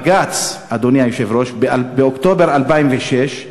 בג"ץ, אדוני היושב-ראש, באוקטובר 2006,